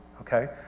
okay